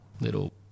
little